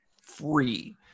free